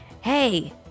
hey